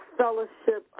fellowship